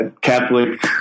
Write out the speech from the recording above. Catholic